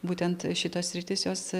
būtent šitos sritys jos